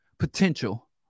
potential